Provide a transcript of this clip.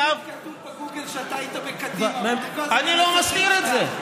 כתוב בגוגל שהיית בקדימה, אני לא מסתיר את זה.